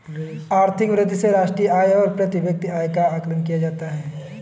आर्थिक वृद्धि से राष्ट्रीय आय और प्रति व्यक्ति आय का आकलन किया जाता है